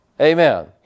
Amen